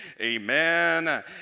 amen